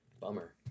bummer